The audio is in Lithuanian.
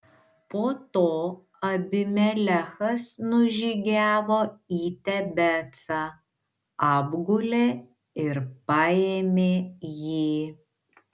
po to abimelechas nužygiavo į tebecą apgulė ir paėmė jį